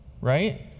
right